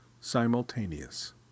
simultaneous